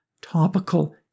topical